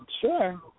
Sure